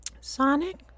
Sonic